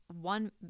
one